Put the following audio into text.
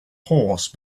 horse